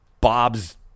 Bob's